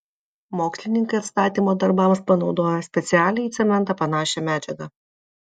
mokslininkai atstatymo darbams panaudojo specialią į cementą panašią medžiagą